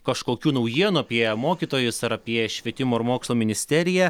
kažkokių naujienų apie mokytojus ar apie švietimo ir mokslo ministeriją